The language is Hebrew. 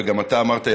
וגם אתה אמרת,